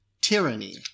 tyranny